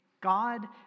God